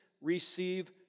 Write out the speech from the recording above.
receive